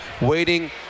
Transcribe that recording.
waiting